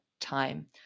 time